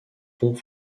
pont